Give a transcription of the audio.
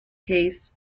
case